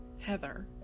Heather